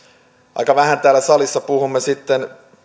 aika vähän täällä salissa puhumme sitten